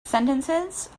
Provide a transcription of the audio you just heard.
sentences